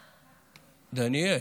דניאל,